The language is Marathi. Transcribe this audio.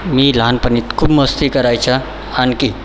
मी लहानपणी खूप मस्ती करायचा आणखी